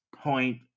point